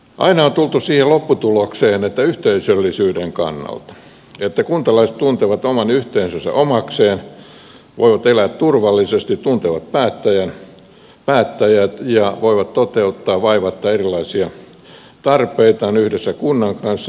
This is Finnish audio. aina on tultu siihen lopputulokseen että yhteisöllisyyden kannalta on hyvä että kuntalaiset tuntevat oman yhteisönsä omakseen voivat elää turvallisesti tuntevat päättäjät ja voivat toteuttaa vaivatta erilaisia tarpeitaan yhdessä kunnan kanssa